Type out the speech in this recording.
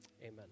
amen